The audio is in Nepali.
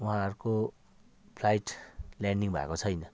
उहाँहरूको फ्लाइट ल्यान्डिङ भएको छैन